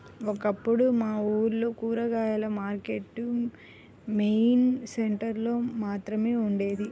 ఒకప్పుడు మా ఊర్లో కూరగాయల మార్కెట్టు మెయిన్ సెంటర్ లో మాత్రమే ఉండేది